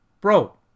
bro